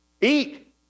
Eat